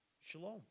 Shalom